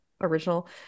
original